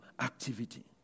activity